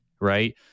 right